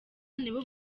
nibo